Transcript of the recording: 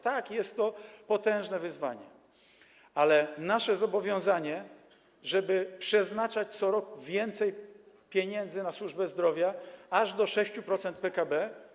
Tak, jest to potężne wyzwanie, ale nasze zobowiązanie, żeby przeznaczać co roku więcej pieniędzy na służbę zdrowia aż do 6% PKB.